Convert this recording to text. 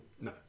No